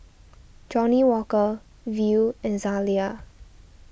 Johnnie Walker Viu and Zalia